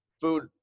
food